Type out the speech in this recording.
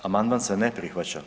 Amandman se ne prihvaća.